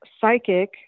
psychic